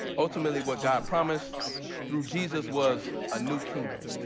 ultimately what god promised through jesus was a new kingdom.